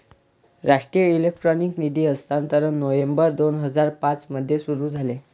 राष्ट्रीय इलेक्ट्रॉनिक निधी हस्तांतरण नोव्हेंबर दोन हजार पाँच मध्ये सुरू झाले